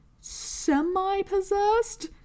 semi-possessed